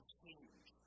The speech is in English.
change